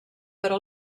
però